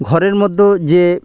ঘরের মধ্যেও যে